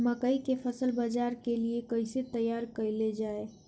मकई के फसल बाजार के लिए कइसे तैयार कईले जाए?